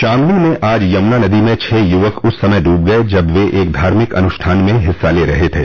शामली में आज यमुना नदी में छह यूवक उस समय डूब गये जब वे एक धार्मिक अनुष्ठान में हिस्सा ले रहे थे